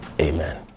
Amen